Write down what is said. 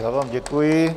Já vám děkuji.